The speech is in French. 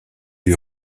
lui